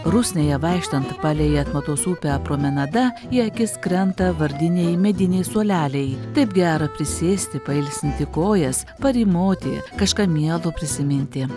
rusnėje vaikštant palei atmatos upę promenada į akis krenta vardiniai mediniai suoleliai taip gera prisėsti pailsinti kojas parymoti kažką mielo prisiminti